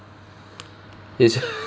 it